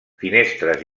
finestres